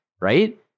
right